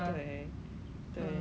!wah!